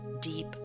deep